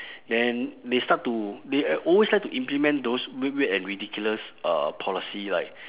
then they start to they always like to implement those weird weird and ridiculous uh policy like